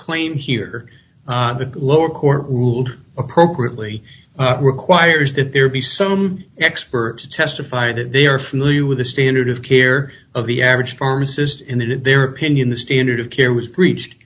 claim here lower court ruled appropriately requires that there be some expert to testify that they are familiar with the standard of care of the average pharmacist in that in their opinion the standard of care was breached